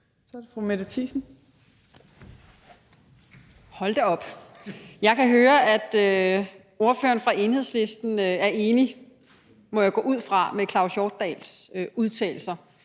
Kl. 15:04 Mette Thiesen (NB): Hold da op. Jeg kan høre, at ordføreren for Enhedslisten er enig – må jeg gå ud fra – i Claus Hjortdals udtalelser,